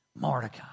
Mordecai